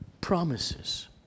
promises